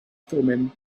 thummim